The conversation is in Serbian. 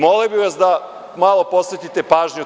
Molio bih vas da malo posvetite pažnju tome.